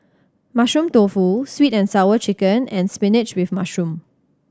Mushroom Tofu Sweet And Sour Chicken and spinach with mushroom